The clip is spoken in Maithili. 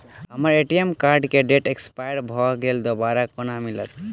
हम्मर ए.टी.एम कार्ड केँ डेट एक्सपायर भऽ गेल दोबारा कोना मिलत?